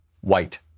white